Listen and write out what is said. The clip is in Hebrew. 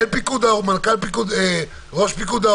אבל יש הבדל בין משפחה של שלושה-ארבעה אנשים,